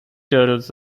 turtles